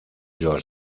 los